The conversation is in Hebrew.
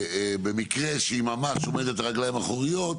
במקרה שהיא ממש עומדת על הרגליים האחוריות,